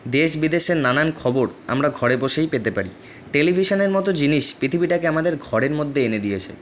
দেশ বিদেশের নানান খবর আমরা ঘরে বসেই পেতে পারি টেলিভিশনের মতো জিনিস পৃথিবীটাকে আমাদের ঘরের মধ্যে এনে দিয়েছে